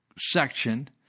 section